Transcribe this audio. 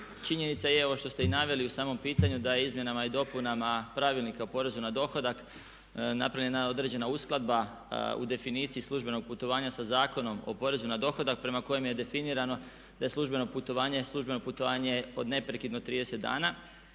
Činjenica je ovo što ste i naveli u samom pitanju da je izmjenama i dopunama Pravilnika o porezu na dohodak napravljena jedna određena uskladba u definiciji službenog putovanja sa Zakonom o porezu na dohodak prema kojemu je definirano da je službeno putovanje službeno putovanje